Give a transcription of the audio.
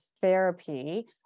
therapy